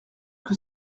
que